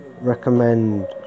recommend